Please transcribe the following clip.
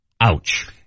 Ouch